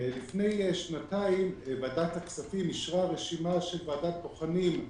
לפני שנתיים ועדת הכספים אישרה רשימה של ועדת בוחנים.